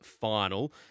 final